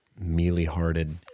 Mealy-hearted